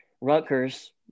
Rutgers